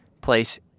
place